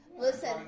Listen